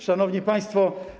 Szanowni Państwo!